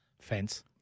Fence